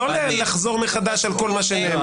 ולא לחזור מחדש על כל מה שנאמר.